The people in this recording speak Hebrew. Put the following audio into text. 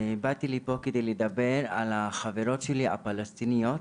באתי לפה כדי לדבר על החברות שלי הפלסטיניות